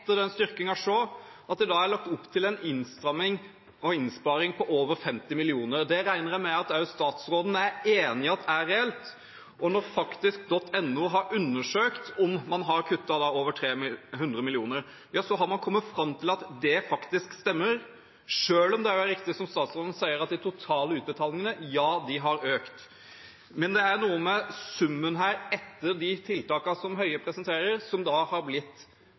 den styrkingen, se at det er lagt opp til en innstramming og innsparing på over 50 mill. kr. Det regner jeg med at også statsråden er enig i er reelt. Faktisk.no har undersøkt om man har kuttet over 300 mill., og har kommet fram til at det faktisk stemmer, selv om det også er riktig som statsråden sier, at de totale utbetalingene har økt. Men det er noe med summen her etter de tiltakene som Høie presenterer, som har blitt